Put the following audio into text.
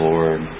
Lord